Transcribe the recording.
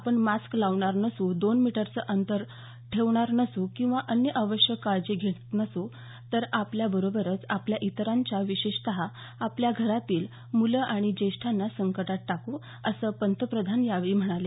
आपण मास्क लावणार नसू दोन मीटरचं अंतर ठेवणार नसू किंवा अन्य आवश्यक काळजी घेत नसू तर आपल्या बरोबरच आपण इतरांच्या विशेषतः आपली घरातली मुलं आणि ज्येष्ठांना संकटात टाकू असं पंतप्रधान यावेळी म्हणाले